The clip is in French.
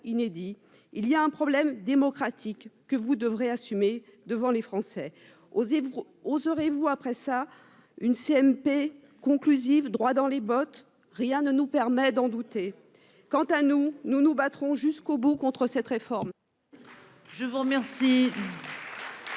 Il y a un problème démocratique que vous devrez assumer devant les Français. Osez. Oserez-vous après ça. Une CMP conclusive droit dans les bottes. Rien ne nous permet d'en douter. Quant à nous, nous nous battrons jusqu'au bout contre cette réforme.